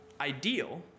ideal